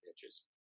pitches